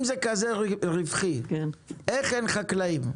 אם זה כזה רווחי, א' איך אין חקלאים?